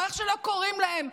או איך שלא קוראים לזה,